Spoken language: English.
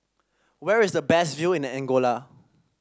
where is the best view in the Angola